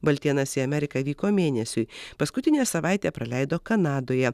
baltėnas į ameriką vyko mėnesiui paskutinę savaitę praleido kanadoje